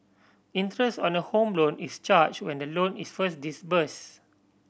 interest on a Home Loan is charge when the loan is first disburse